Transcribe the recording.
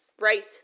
Right